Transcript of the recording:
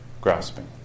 grasping